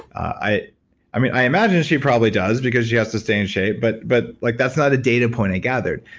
i i imagine she probably does because she has to stay in shape, but but like that's not a data point i gathered.